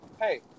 hey